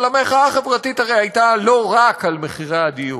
אבל המחאה החברתית הרי הייתה לא רק על מחירי הדיור,